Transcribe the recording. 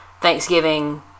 Thanksgiving